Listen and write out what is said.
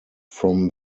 from